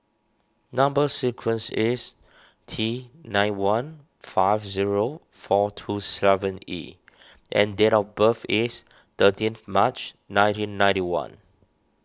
Number Sequence is T nine one five zero four two seven E and date of birth is thirteenth March nineteen ninety one